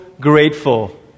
grateful